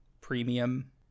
premium